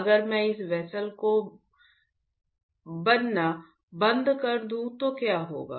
अगर मैं इस वेसल का बनना बंद कर दूं तो क्या होगा